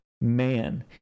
man